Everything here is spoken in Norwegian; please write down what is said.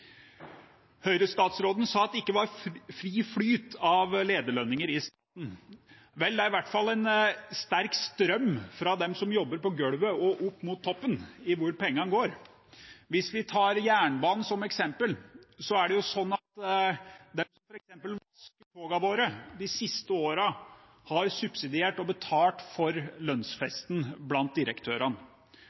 sa at det ikke var fri flyt av lederlønninger i staten. Vel, det er i hvert fall en sterk strøm fra dem som jobber på gulvet og opp mot toppen i hvor pengene går. Hvis vi tar jernbanen som eksempel, er det sånn at de som f.eks. vasker togene våre, de siste årene har subsidiert og betalt for lønnsfesten blant direktørene.